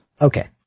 Okay